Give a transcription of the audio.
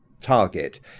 target